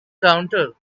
counter